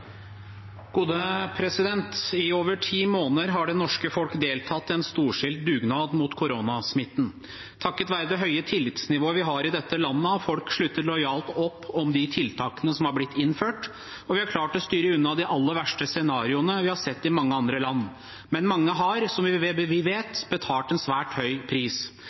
I over ti måneder har det norske folk deltatt i en storstilt dugnad mot koronasmitten. Takket være det høye tillitsnivået vi har i dette landet, har folk sluttet lojalt opp om de tiltakene som har blitt innført, og vi har klart å styre unna de aller verste scenarioene vi har sett i mange andre land. Men mange har, som vi vet, betalt en svært høy pris: